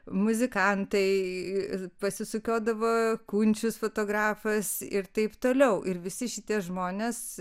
muzikantai ir pasisukiodavo kunčius fotografas ir taip toliau ir visi šitie žmonės